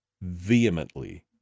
vehemently